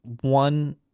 one –